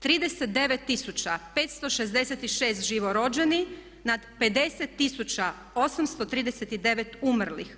39 566 živorođenih nad 50 839 umrlih